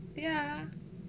ya